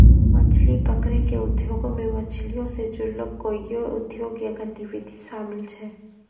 मछली पकरै के उद्योगो मे मछलीयो से जुड़लो कोइयो उद्योग या गतिविधि शामिल छै